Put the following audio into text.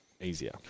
easier